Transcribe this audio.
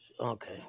Okay